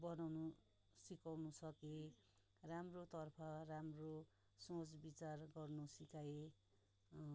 बनाउन सिकाउनु सकेँ राम्रोतर्फ राम्रो सोच विचार गर्नु सिकाएँ